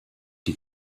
die